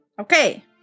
Okay